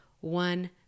One